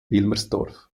wilmersdorf